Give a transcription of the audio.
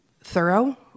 thorough